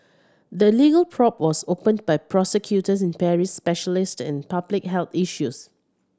the legal probe was opened by prosecutors in Paris specialised in public health issues